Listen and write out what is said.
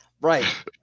right